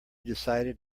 decided